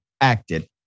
acted